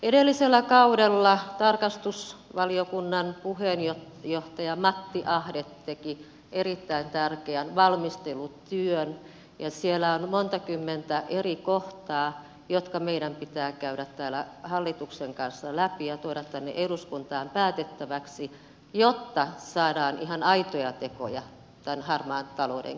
edellisellä kaudella tarkastusvaliokunnan puheenjohtaja matti ahde teki erittäin tärkeän valmistelutyön ja siellä on monta kymmentä eri kohtaa jotka meidän pitää käydä täällä hallituksen kanssa läpi ja tuoda eduskuntaan päätettäviksi jotta saadaan ihan aitoja tekoja harmaan talouden kitkemiseksi